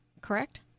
Correct